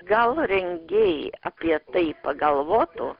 gal rengėjai apie tai pagalvotų